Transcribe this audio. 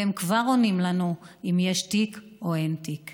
והם כבר עונים לנו אם יש תיק או אין תיק.